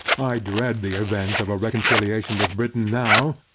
i dread the event of a reconciliation with britain now,